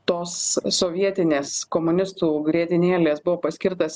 tos sovietinės komunistų grietinėlės buvo paskirtas